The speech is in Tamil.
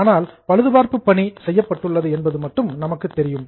ஆனால் பழுது பார்ப்பு பணி செய்யப்பட்டுள்ளது என்பது மட்டும் நமக்கு தெரியும்